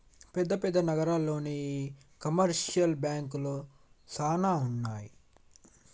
పెద్ద పెద్ద నగరాల్లోనే ఈ కమర్షియల్ బాంకులు సానా ఉంటాయి